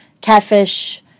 catfish